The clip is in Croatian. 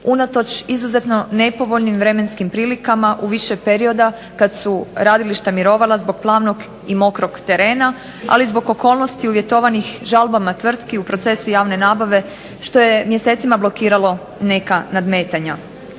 unatoč izuzetno nepovoljnim vremenskim prilikama u više perioda kada su radilišta mirovala zbog plavnog i mokrog terena ali i zbog okolnosti uvjetovanih žalbama tvrtki u procesu javne nabave što je mjesecima blokiralo neka nadmetanja.